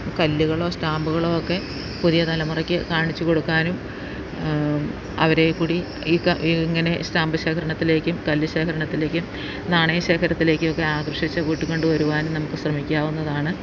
കല്ലുകളോ സ്റ്റാമ്പുകളോ ഒക്കെ പുതിയ തലമുറയ്ക്ക് കാണിച്ച് കൊടുക്കാനും അവരെക്കൂടി ഈ ഇങ്ങനെ സ്റ്റാമ്പ് ശേഖരണത്തിലേക്കും കല്ല് ശേഖരണത്തിലേക്കും നാണയ ശേഖരത്തിലേക്കും ഒക്കെ ആകർഷിച്ച് കൂട്ടികൊണ്ട് വരുവാനും നമുക്ക് ശ്രമിക്കാവുന്നതാണ്